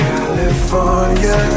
California